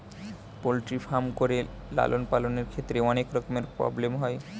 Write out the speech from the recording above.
poultry farm করে লালন পালনের ক্ষেত্রে অনেক রকমের প্রব্লেম হয়